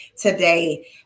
today